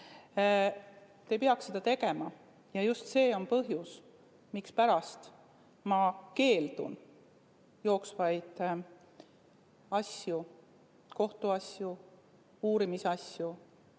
ei peaks seda tegema. Just see on põhjus, mispärast ma keeldun jooksvaid kohtuasju, uurimisasju